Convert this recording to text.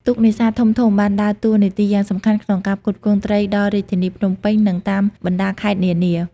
ទូកនេសាទធំៗបានដើរតួនាទីយ៉ាងសំខាន់ក្នុងការផ្គត់ផ្គង់ត្រីដល់ រាជធានីភ្នំពេញ និងតាមបណ្តាខេត្តនានា។